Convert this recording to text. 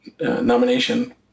nomination